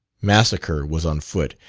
massacre was on foot,